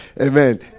Amen